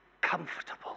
comfortable